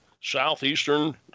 southeastern